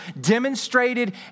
demonstrated